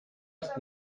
ist